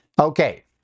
okay